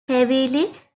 heavily